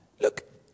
Look